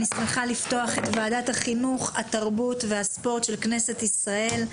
אני שמחה לפתוח את ועדת החינוך התרבות והספורט של כנסת ישראל.